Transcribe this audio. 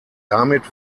damit